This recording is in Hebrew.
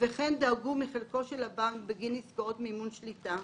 ודאגו מחלקו של הבנק בגין עסקאות מימון שליטה,